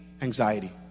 anxiety